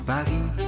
Paris